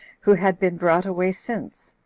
who had been brought away since.